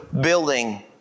building